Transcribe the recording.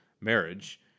marriage